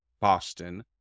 Boston